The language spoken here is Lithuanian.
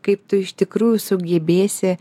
kaip tu iš tikrųjų sugebėsi